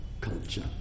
culture